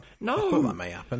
No